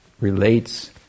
relates